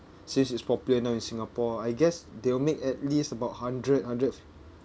since it's popular now in singapore I guess they'll make at least about hundred hundred